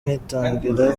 ngitangira